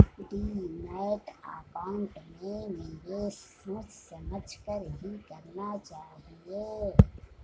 demat account में निवेश सोच समझ कर ही करना चाहिए